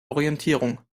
orientierung